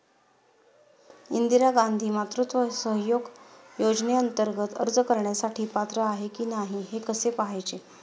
इंदिरा गांधी मातृत्व सहयोग योजनेअंतर्गत अर्ज करण्यासाठी पात्र आहे की नाही हे कसे पाहायचे?